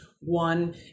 One